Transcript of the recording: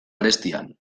arestian